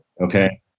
okay